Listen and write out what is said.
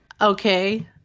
Okay